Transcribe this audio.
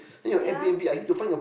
ya